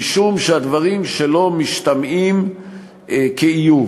משום שהדברים שלו משתמעים כאיום.